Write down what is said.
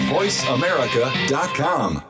VoiceAmerica.com